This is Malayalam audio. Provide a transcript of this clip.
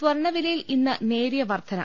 സ്വർണവിലയിൽ ഇന്ന് നേരിയ വർധന